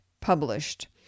published